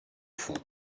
fond